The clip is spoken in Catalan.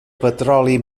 petroli